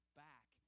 back